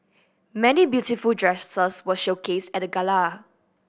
many beautiful dresses were showcased at the gala